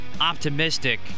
optimistic